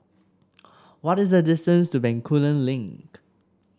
what is the distance to Bencoolen Link